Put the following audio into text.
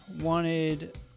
wanted